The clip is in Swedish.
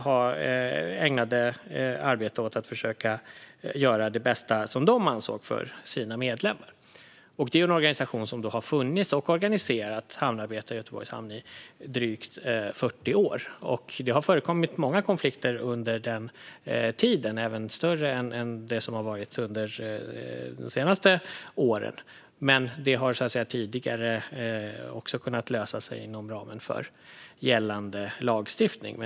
Man arbetade för att försöka göra det man ansåg var det bästa för sina medlemmar. Det är en organisation som har funnits i och organiserat hamnarbetare i Göteborgs hamn i drygt 40 år. Det har förekommit många konflikter under den tiden, även större än de som har varit de senaste åren. Men det har kunnat lösa sig tidigare inom ramen för gällande lagstiftning.